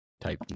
type